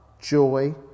joy